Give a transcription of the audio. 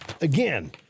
again